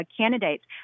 candidates